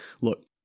look